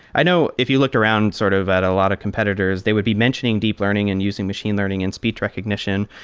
i know if you looked around sort of at a lot of competitors, they would be mentioning deep learning and using machine learning and speech recognition.